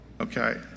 okay